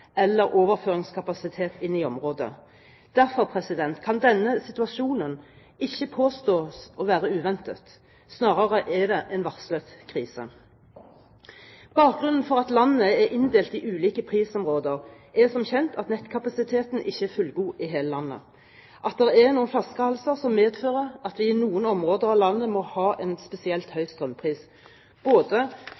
eller overføringskapasitet inn i området. Derfor kan denne situasjonen ikke påstås å være uventet. Snarere er det en varslet krise. Bakgrunnen for at landet er inndelt i ulike prisområder, er, som kjent, at nettkapasiteten ikke er fullgod i hele landet, at det er noen flaskehalser, som medfører at vi i noen områder av landet må ha en spesielt høy